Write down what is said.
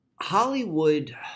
Hollywood